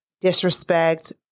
disrespect